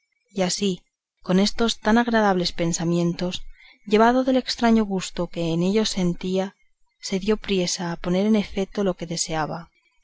y así con estos tan agradables pensamientos llevado del estraño gusto que en ellos sentía se dio priesa a poner en efeto lo que deseaba